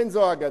אין זו אגדה.